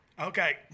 Okay